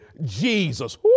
Jesus